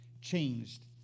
changed